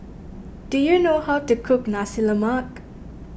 do you know how to cook Nasi Lemak